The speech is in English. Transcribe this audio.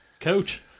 Coach